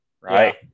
right